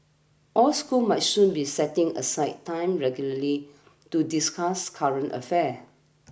all schools might soon be setting aside time regularly to discuss current affairs